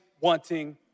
wanting